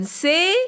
say